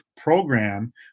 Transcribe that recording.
program